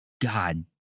God